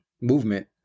movement